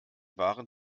waren